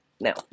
now